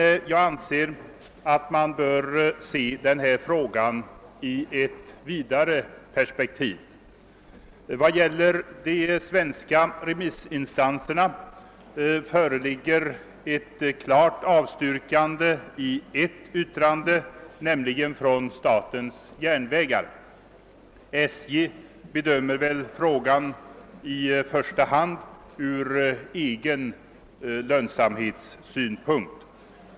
Jag anser emellertid att man bör se denna fråga i ett vidare perspektiv. I ett av yttrandena från de svenska remissinstanserna föreligger ett klart avstyrkande, nämligen från statens järnvägar, som i första hand torde bedöma frågan ur egen lönsamhetssynpunkt.